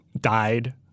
died